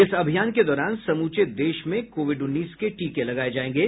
इस अभियान के दौरान समूचे देश में कोविड उन्नीस के टीके लगाए जाएंगे